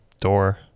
door